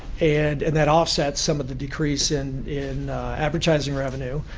and and that offsets some of the decrease in in advertising revenue.